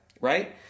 Right